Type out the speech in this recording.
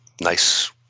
nice